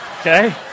okay